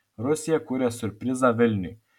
rusija kuria siurprizą vilniui